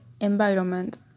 environment